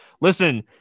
listen